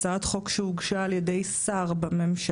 הצעת חוק שהוגשה על ידי שר בממשלה,